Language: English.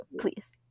Please